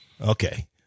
Okay